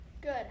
Good